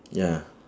ya